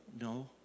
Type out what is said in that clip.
no